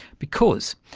because,